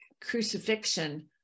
crucifixion